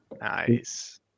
Nice